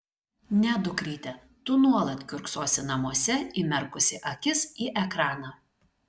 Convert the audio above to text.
ne dukryte tu nuolat kiurksosi namuose įmerkusi akis į ekraną